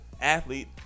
athlete